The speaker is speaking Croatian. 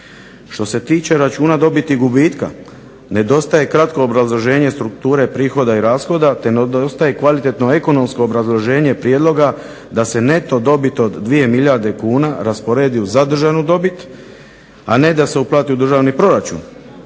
Što se tiče računa dobiti i gubitka nedostaje kratko obrazloženje strukture prihoda i rashoda te nedostaje kvalitetno ekonomsko obrazloženje prijedloga da se neto dobit od dvije milijarde kuna rasporedi u zadržanu dobit, a ne da se uplati u državni proračun,